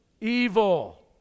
evil